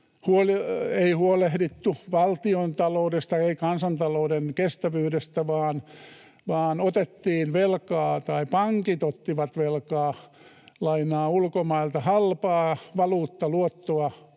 ei huolehdittu valtiontaloudesta, ei kansantalouden kestävyydestä, vaan pankit ottivat velkaa, lainaa ulkomailta, halpaa valuuttaluottoa